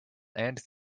and